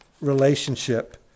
relationship